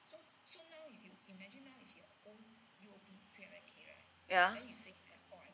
ya